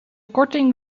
korting